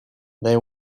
they